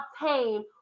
obtain